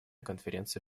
конференции